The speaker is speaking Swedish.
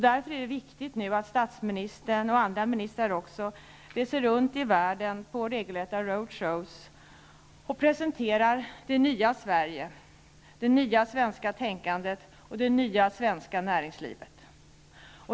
Därför är det viktigt att statsministern och andra ministrar reser runt i världen på regelrätta ''roadshows'' och presenterar det nya Sverige, det nya svenska tänkandet och det nya svenska näringslivet.